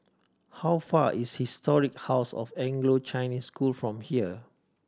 how far is Historic House of Anglo Chinese School from here